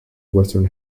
western